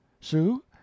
Sue